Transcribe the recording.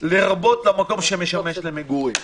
לרבות למקום שמשמש למגורים".